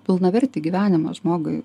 pilnavertį gyvenimą žmogui